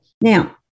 Now